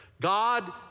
God